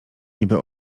niby